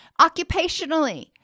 Occupationally